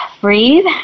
breathe